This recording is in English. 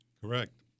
Correct